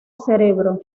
cerebro